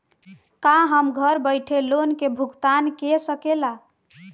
का हम घर बईठे लोन के भुगतान के शकेला?